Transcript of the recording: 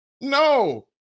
No